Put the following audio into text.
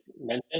mention